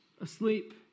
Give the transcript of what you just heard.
asleep